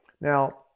Now